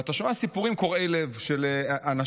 ואתה שומע סיפורים קורעי לב של אנשים,